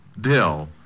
Dill